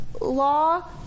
law